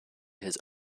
his